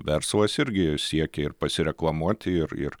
verslas irgi siekia ir pasireklamuoti ir ir